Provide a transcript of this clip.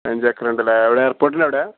പതിനഞ്ച് ഏക്കർ ഉണ്ടല്ലേ എവിടെ എയർപോട്ടിൽ എവിടെയാണ്